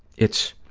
it's